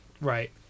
Right